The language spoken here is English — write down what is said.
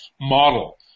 model